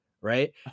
Right